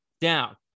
down